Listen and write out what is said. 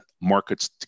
markets